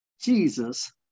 jesus